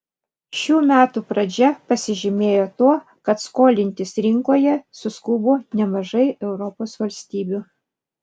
šių metų pradžia pasižymėjo tuo kad skolintis rinkoje suskubo nemažai europos valstybių